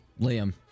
Liam